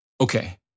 Okay